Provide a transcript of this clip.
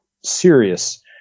serious